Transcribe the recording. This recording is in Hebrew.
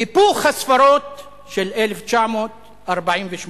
היפוך הספרות של 1948,